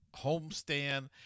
homestand